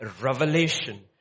revelation